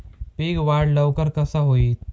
पीक वाढ लवकर कसा होईत?